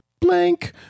blank